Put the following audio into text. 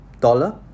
dollar